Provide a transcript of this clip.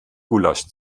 gulasch